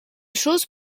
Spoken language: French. chose